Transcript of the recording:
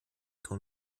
ton